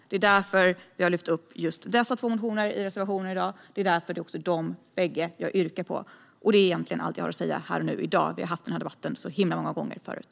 Det är därför vi har lyft upp just dessa två motioner i reservationerna i dag, och det är därför jag yrkar bifall till de båda reservationerna. Det är egentligen allt jag har att säga här och nu; vi har haft denna debatt så himla många gånger förut.